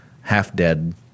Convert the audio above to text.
half-dead